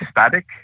static